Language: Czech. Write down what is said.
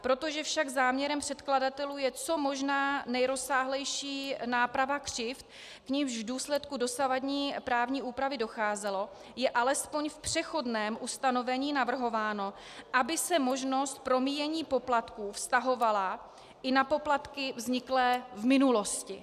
Protože však záměrem předkladatelů je co možná nejrozsáhlejší náprava křivd, k nimž v důsledku dosavadní právní úpravy docházelo, je alespoň v přechodném ustanovení navrhováno, aby se možnost promíjení poplatků vztahovala i na poplatky vzniklé v minulosti.